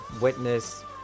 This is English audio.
witness